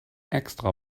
extra